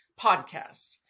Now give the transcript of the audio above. podcast